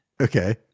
okay